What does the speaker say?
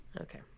Okay